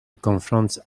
confronts